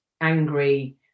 angry